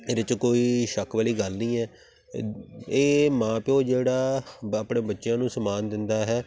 ਇਹਦੇ 'ਚ ਕੋਈ ਸ਼ੱਕ ਵਾਲੀ ਗੱਲ ਨਹੀਂ ਹੈ ਇਹ ਮਾਂ ਪਿਓ ਜਿਹੜਾ ਆਪਣੇ ਬੱਚਿਆਂ ਨੂੰ ਸਮਾਨ ਦਿੰਦਾ ਹੈ